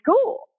school